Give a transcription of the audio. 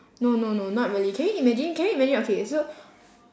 no no no not really can you imagine can you imagine okay so